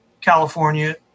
California